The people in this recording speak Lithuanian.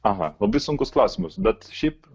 aha labai sunkus klausimas bet šiaip